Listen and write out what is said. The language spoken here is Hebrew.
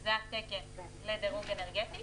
שזה התקן לדירוג אנרגטי.